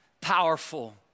Powerful